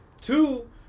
two